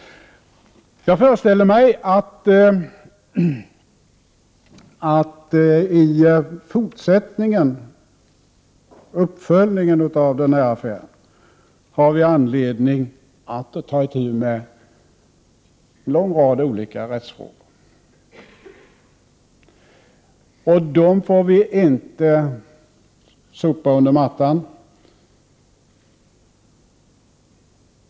Jag föreställer mig att vi vid uppföljningen av denna affär har anledning att ta itu med en lång rad olika rättsfrågor. Vi får inte sopa dessa under mattan.